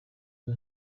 nzu